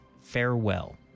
farewell